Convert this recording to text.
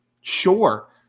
Sure